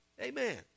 Amen